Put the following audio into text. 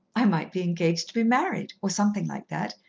i might be engaged to be married, or something like that,